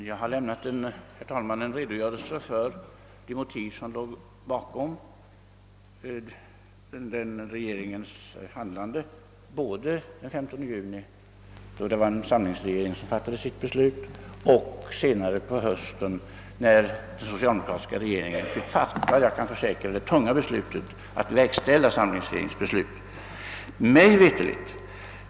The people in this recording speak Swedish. Herr talman! Jag har lämnat en redogörelse för de motiv som låg bakom regeringens handlande både den 15 juni, då det var en samlingsregering som fattade beslutet, och senare på hösten när den socialdemokratiska regeringen fick fatta, jag försäkrar, det tunga beslutet att verkställa samlingsregeringens beslut.